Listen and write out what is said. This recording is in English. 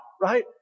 right